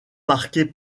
marqué